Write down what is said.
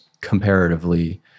comparatively